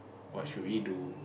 what should we do